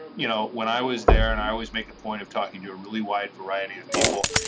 you know when i was there and i always make a point of talking to a really wide variety of people.